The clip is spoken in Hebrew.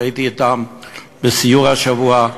שהייתי אתם בסיור השבוע,